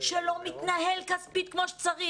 שלא מתנהל כספית כמו שצריך.